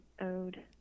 Ode